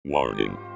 Warning